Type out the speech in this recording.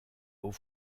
aux